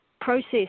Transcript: process